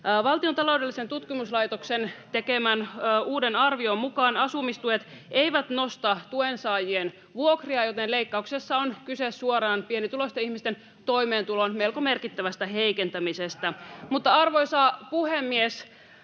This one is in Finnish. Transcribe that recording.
Valtion taloudellisen tutkimuslaitoksen tekemän uuden arvion mukaan asumistuet eivät nosta tuensaajien vuokria, joten leikkauksessa on kyse suoraan pienituloisten ihmisten toimeentulon melko merkittävästä heikentämisestä. [Ben